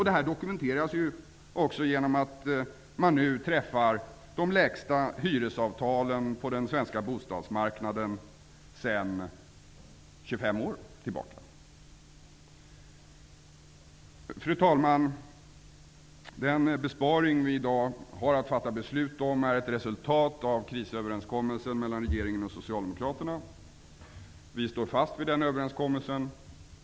Det dokumenteras också genom att man nu träffat hyresavtal på den svenska bostadsmarknaden som betyder de lägsta höjningarna sedan 25 år tillbaka. Fru talman! Den besparing som vi har att fatta beslut om är ett resultat av krisöverenskommelsen mellan regeringen och Socialdemokraterna. Vi står fast vid den.